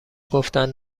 گفتن